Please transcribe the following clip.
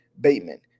bateman